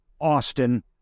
Austin